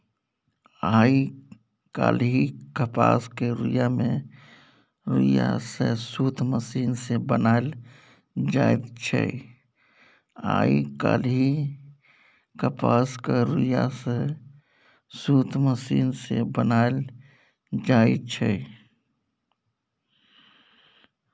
आइ काल्हि कपासक रुइया सँ सुत मशीन सँ बनाएल जाइ छै